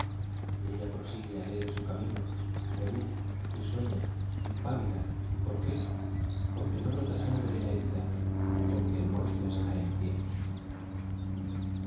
ella prosigue alegre su camino feliz risueña impávida y por qué porque no brota sangre de la herida porque el muerto está en pie